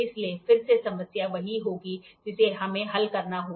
इसलिए फिर से समस्या वही होगी जिसे हमें हल करना है